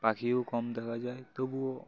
পাখিও কম দেখা যায় তবুও